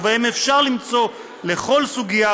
ובהם אפשר למצוא לכל סוגיה,